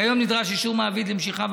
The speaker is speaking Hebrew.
כיום נדרש אישור מעביד למשיכה,